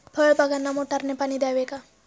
फळबागांना मोटारने पाणी द्यावे का?